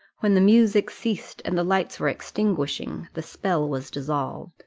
when the music ceased, and the lights were extinguishing, the spell was dissolved.